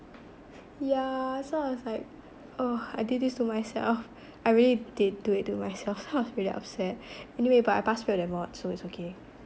yeah so I was like oh I did this to myself I really did do it to myself so I was pretty upset anyway but I pass failed that mod so it's okay